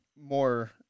more